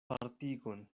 partigon